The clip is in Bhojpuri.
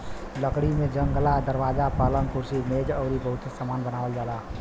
लकड़ी से जंगला, दरवाजा, पलंग, कुर्सी मेज अउरी बहुते सामान बनावल जाला